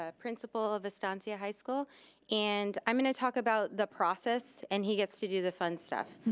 ah principal of estancia high school and i'm gonna talk about the process and he gets to do the fun stuff.